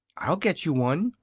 i'll get you one!